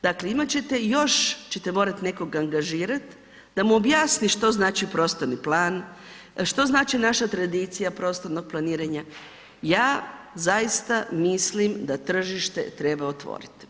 Dakle imat ćete još, ćete morati nekoga angažirati da mu objasni što znači prostorni plan, što znači naša tradicija prostornog planiranja, ja zaista mislim da tržište treba otvoriti.